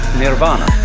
nirvana